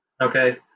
Okay